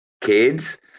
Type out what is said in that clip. kids